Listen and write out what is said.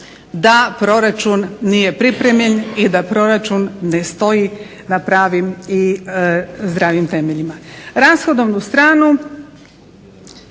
da proračun nije pripremljen i da proračun ne stoji na pravim i zdravim temeljima.